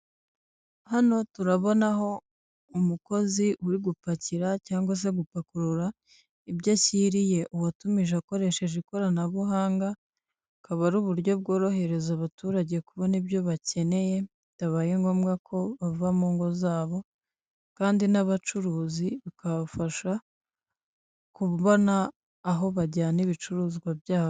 Hano turabonaho umukozi uri gupakira cyangwa se gupakurura ibyo ashyiriye uwatumije akoresheje ikoranabuhanga, akaba ari uburyo bworohereza abaturage kubona ibyo bakeneye bitabaye ngombwa ko bava mu ngo zabo, kandi n'abacuruzi bikabafasha kubona aho bajyana ibicuruzwa byabo.